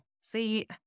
See